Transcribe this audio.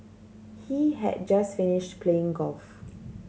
he had just finished playing golf